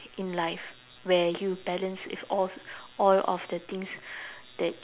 in life where you balance off all of the things that